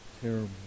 terrible